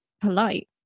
polite